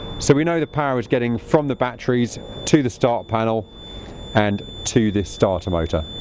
so we know the power is getting from the batteries to the start panel and to this starter motor.